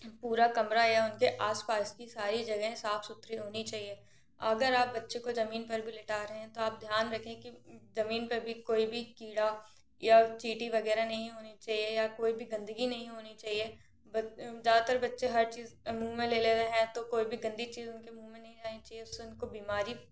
पूरा कमरा या उनके आसपास सारी जगह साफ सुथरी होनी हिचाए अगर आप बच्चे को जमीन पर भी लिटा रहे हैं तो आप ध्यान रखें कि जमीन पे कोई भी कीड़ा या चीटीं वगैरह नहीं होने चाहिए या कोई भी गंदगी नहीं होनी चाहिए ज़्यादातर बच्चें हर चीज मुँह में ले लेवे हें तो कोई भी गंदी चीज उनके मुँह में नहीं जानी चाहिए उससे उनको बीमारी